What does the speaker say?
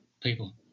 people